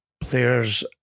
players